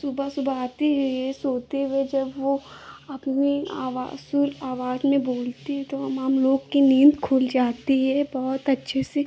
सुबह सुबह आती है यह सोते हुए जब वह अपनी आवाज़ सुर आवाज़ में बोलती है तो हमलोग की नीन्द खुल जाती है बहुत अच्छे से